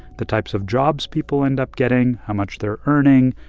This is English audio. the types of jobs people end up getting, how much they're earning,